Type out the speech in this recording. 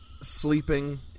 sleeping